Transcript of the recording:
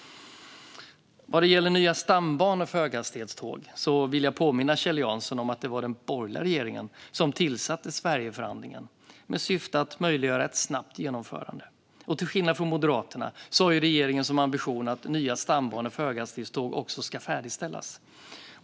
Vad det gäller nya stambanor för höghastighetståg vill jag påminna Kjell Jansson om att det var den borgerliga regeringen som tillsatte Sverigeförhandlingen med syfte att möjliggöra ett snabbt genomförande. Till skillnad från Moderaterna har regeringen som ambition att nya stambanor för höghastighetståg också ska färdigställas.